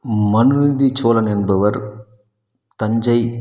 மனுநீதிச் சோழன் என்பவர் தஞ்சை